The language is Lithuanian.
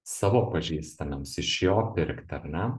savo pažįstamiems iš jo pirkti ar ne